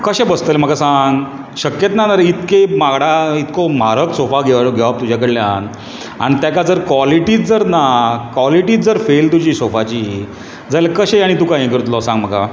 कशें बसतलींं म्हाका सांग शक्यच ना इतके वांगडा इतको म्हारग सोफा घेवप तुजे कडल्यान आनी तेका जर कॉलिटीच जर ना कॉलिटी जर फेल तुज्या सोफाची जाल्यार कशें आनी तुका हें करतलो सांग म्हाका